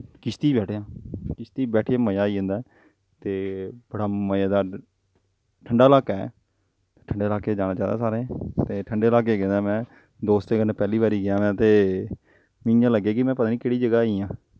किश्ती च बैठे आं किस्ती च बैठियै मज़ा आई जंदा ते बड़ा मज़ेदार ठंडा इलाका ऐ ठंडे लाह्के जाना चाहिदा ऐ सारें ते ठंडे लाह्के गेदा में दोस्तें कन्नै पैह्ली बारी गेआं ऐं में ते मिगी इ'यां लग्गेआ में पता निं केह्ड़ा जगह् आई गेआ ऐं